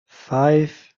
five